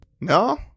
No